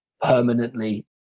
permanently